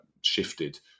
shifted